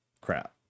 crap